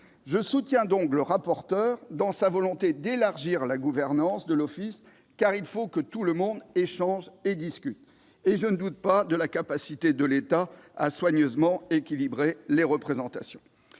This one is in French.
Je soutiens donc le rapporteur dans sa volonté d'élargir la gouvernance de l'office, car il faut que tout le monde échange et discute, et je ne doute pas de la capacité de l'État à équilibrer soigneusement les représentations.